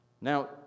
Now